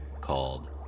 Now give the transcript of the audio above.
called